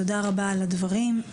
תודה רבה על הדברים.